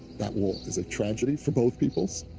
that wall is a tragedy for both peoples,